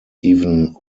even